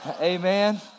Amen